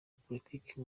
politike